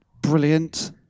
Brilliant